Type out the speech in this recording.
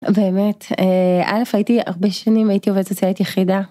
באמת. אלף הייתי הרבה שנים הייתי עובדת סוציאלית יחידה.